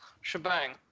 shebang